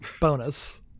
Bonus